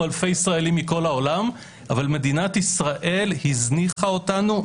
אלפי ישראלים מכל העולם אבל מדינת ישראל הזניחה אותנו,